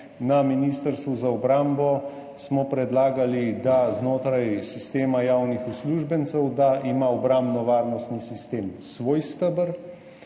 Na Ministrstvu za obrambo smo predlagali, da ima znotraj sistema javnih uslužbencev obrambno-varnostni sistem svoj steber,